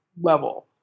level